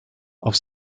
auf